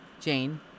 Jane